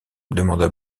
demanda